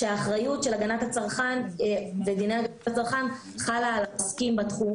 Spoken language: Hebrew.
כשהאחריות של הגנת הצרכן חלה על העוסקים בתחום.